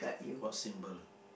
what symbol